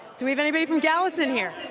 do we have anybody from gallatin here?